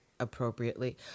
appropriately